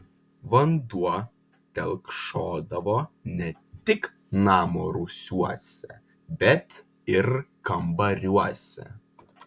vanduo telkšodavo ne tik namo rūsiuose bet ir kambariuose